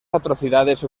atrocidades